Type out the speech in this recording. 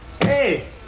Hey